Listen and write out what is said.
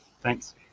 Thanks